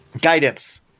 guidance